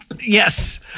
Yes